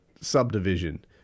subdivision